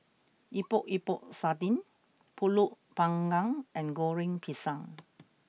Epok Epok Sardin Pulut Panggang and Goreng Pisang